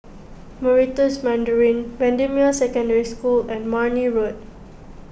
Meritus Mandarin Bendemeer Secondary School and Marne Road